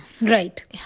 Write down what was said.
right